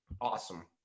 awesome